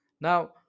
Now